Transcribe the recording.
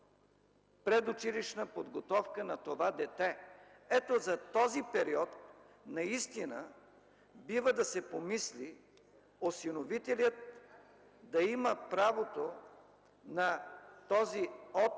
предучилищна подготовка на това дете. Ето за този период наистина трябва да се помисли – осиновителят да има правото на този платен